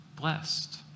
blessed